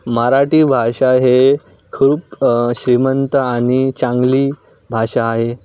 मराठी भाषा हे खूप श्रीमंत आणि चांगली भाषा आहे